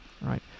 right